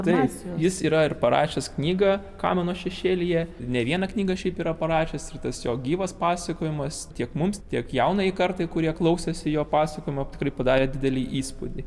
taip jis yra ir parašęs knygą kamino šešėlyje ne vieną knygą šiaip yra parašęs ir tas jo gyvas pasakojimas tiek mums tiek jaunajai kartai kurie klausėsi jo pasakojimo tikrai padarė didelį įspūdį